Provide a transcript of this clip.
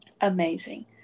Amazing